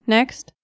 Next